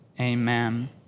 Amen